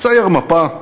צייר מפה,